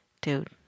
Dude